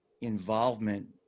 involvement